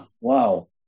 Wow